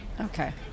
okay